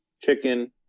Chicken